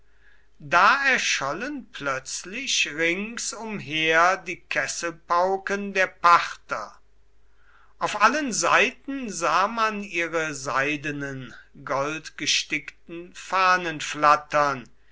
da erschollen plötzlich rings umher die kesselpauken der parther auf allen seiten sah man ihre seidenen goldgestickten fahnen flattern